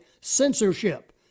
censorship